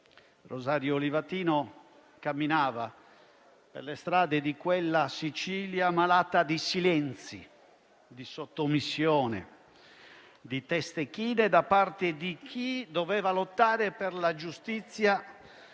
Rosario Livatino camminava per le strade di quella Sicilia malata di silenzi, di sottomissione, di teste chine da parte di chi doveva lottare per la giustizia,